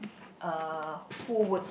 uh who would